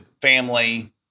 family